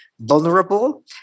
Vulnerable